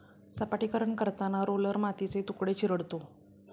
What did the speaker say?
सपाटीकरण करताना रोलर मातीचे तुकडे चिरडतो